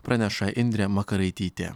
praneša indrė makaraitytė